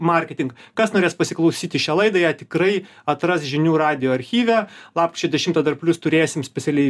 marketingą kas norės pasiklausyti šią laidą ją tikrai atras žinių radijo archyve lapkričio dešimtą dar plius turėsim specialiai